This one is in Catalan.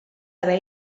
haver